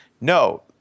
No